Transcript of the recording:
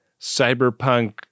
cyberpunk